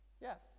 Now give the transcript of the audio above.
Yes